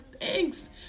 thanks